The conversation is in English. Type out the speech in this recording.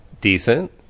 decent